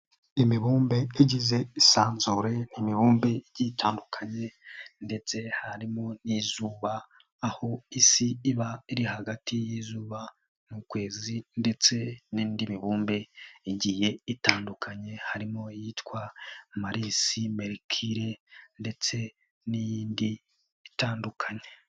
Imibumbe igize isanzure ni imibumbe igiye itandukanye ndetse harimo n'izuba aho isi iba iri hagati y'izuba n'ukwezi ndetse n'indi mibumbe igiye itandukanye harimo iyitwa marisi, merikire ndetse n'iyindi itandukanye.